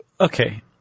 okay